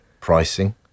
pricing